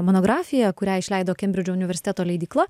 monografiją kurią išleido kembridžo universiteto leidykla